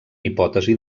hipòtesi